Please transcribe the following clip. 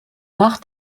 nach